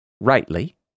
rightly